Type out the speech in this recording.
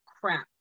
crap